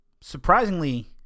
Surprisingly